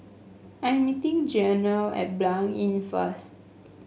I am meeting Jeana at Blanc Inn first